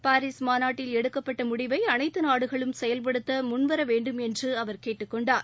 Paris மாநாட்டில் எடுக்கப்பட்ட முடிவை அனைத்து நாடுகளும் செயல்படுத்த முன்வர வேண்டும் என்று அவர் கேட்டுக்கொண்டார்